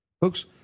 Folks